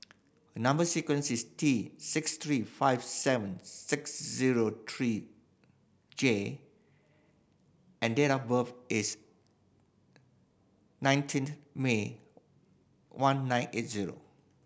number sequence is T six three five seven six zero three J and date of birth is nineteenth May one nine eight zero